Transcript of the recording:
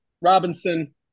Robinson